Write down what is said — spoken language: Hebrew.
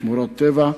שמורות טבע,